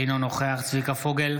אינו נוכח צביקה פוגל,